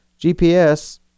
gps